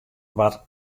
waard